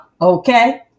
okay